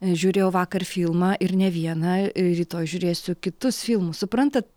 žiūrėjau vakar filmą ir ne vieną rytoj žiūrėsiu kitus filmus suprantat